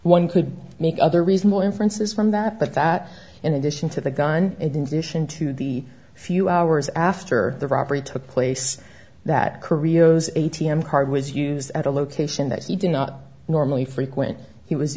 one could make other reasonable inferences from that but that in addition to the gun and in addition to the few hours after the robbery took place that career a t m card was used at a location that he did not normally frequent he was